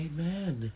Amen